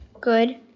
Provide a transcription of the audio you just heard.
good